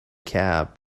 cab